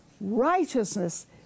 righteousness